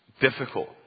difficult